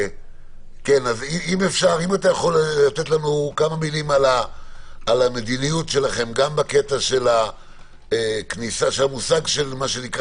אם תוכל לתת לנו כמה מילים על המדיניות שלכם גם בקטע של הכניסה של זרים,